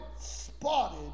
spotted